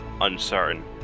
uncertain